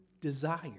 desire